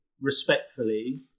respectfully